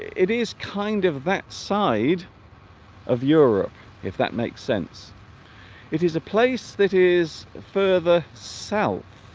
it is kind of that side of europe if that makes sense it is a place that is further south